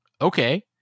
okay